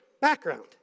background